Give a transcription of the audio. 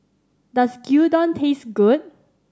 does Gyudon taste good